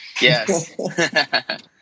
Yes